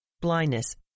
blindness